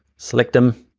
select him,